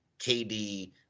KD